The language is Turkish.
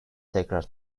tekrar